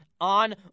On